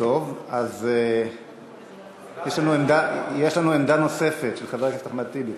יש לנו עמדה נוספת של חבר הכנסת אחמד טיבי.